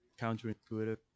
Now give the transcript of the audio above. counterintuitive